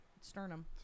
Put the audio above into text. sternum